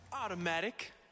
automatic